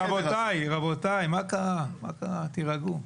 רבותיי, תירגעו.